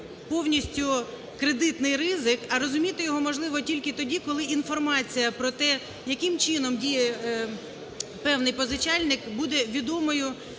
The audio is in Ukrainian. повністю кредитний ризик, а розуміти його можливо тільки тоді, коли інформація про те яким чином діє певний позичальник буде відомо